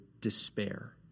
despair